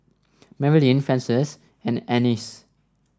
Marilyn Frances and Annice